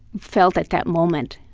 felt at that moment.